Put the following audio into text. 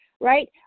right